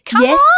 Yes